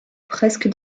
presque